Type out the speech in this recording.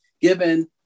given